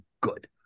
good